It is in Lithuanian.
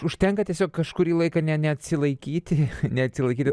užtenka tiesiog kažkurį laiką ne neatsilaikyti neatsilaikyti